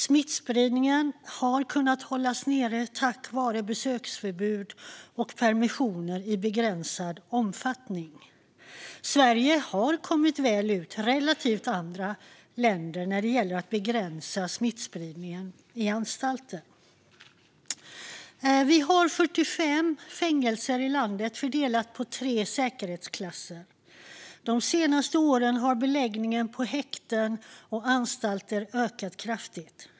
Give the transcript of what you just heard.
Smittspridningen har kunnat hållas nere tack vare besöksförbud och permissioner i begränsad omfattning. Sverige har klarat sig bra relativt andra länder när det gäller att begränsa smittspridningen på anstalter. Det finns 45 fängelser i landet, indelade i tre säkerhetsklasser. De senaste åren har beläggningen på häkten och anstalter ökat kraftigt.